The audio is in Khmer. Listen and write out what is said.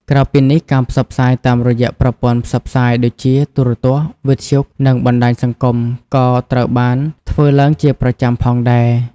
ក្រៅពីនេះ ការផ្សព្វផ្សាយតាមរយៈប្រព័ន្ធផ្សព្វផ្សាយដូចជា ទូរទស្សន៍ វិទ្យុ និងបណ្តាញសង្គម ក៏ត្រូវបានធ្វើឡើងជាប្រចាំផងដែរ។